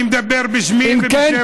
אני מדבר בשמי ובשם,